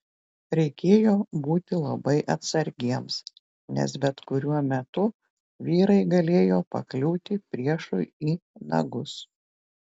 reikėjo būti labai atsargiems nes bet kuriuo metu vyrai galėjo pakliūti priešui į nagus